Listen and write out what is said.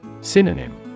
Synonym